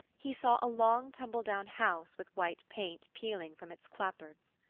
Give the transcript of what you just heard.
he saw a long tumble-down house with white paint peeling from its clapboards.